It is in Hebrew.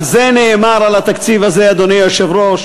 על זה נאמר, על התקציב הזה, אדוני היושב-ראש,